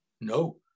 no